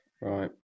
Right